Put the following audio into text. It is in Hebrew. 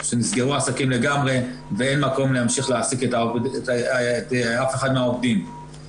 שנסגרו עסקים לגמרי ואין מקום להמשיך להעסיק אף אחד מהעובדים.